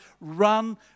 run